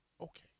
okay